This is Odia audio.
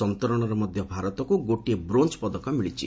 ସନ୍ତରଣରେ ମଧ୍ୟ ଭାରତକୁ ଗୋଟିଏ ବ୍ରୋଞ୍ଜ୍ ପଦକ ମିଳିଛି